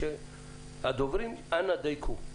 הדוברים, אנא דייקו.